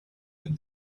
with